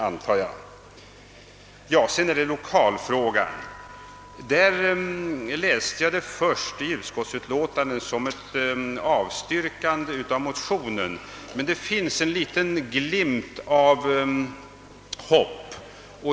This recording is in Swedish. Vad lokalfrågan beträffar läste jag först utskottsförslaget som ett blankt avstyrkande av motionen, men det finns en liten glimt av hopp.